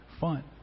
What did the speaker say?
fun